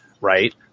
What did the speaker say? right